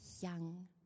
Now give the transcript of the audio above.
young